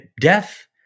Death